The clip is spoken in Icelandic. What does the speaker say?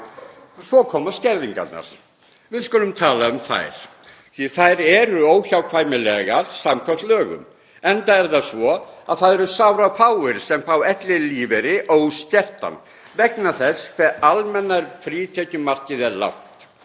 Svo koma skerðingarnar. Við skulum tala um þær því að þær eru óhjákvæmilegar samkvæmt lögum, enda er það svo að það eru sárafáir sem fá ellilífeyri óskertan vegna þess hve almenna frítekjumarkið er lágt.